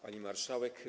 Pani Marszałek!